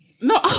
No